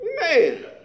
Man